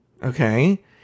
Okay